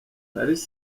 paris